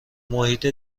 محیط